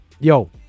Yo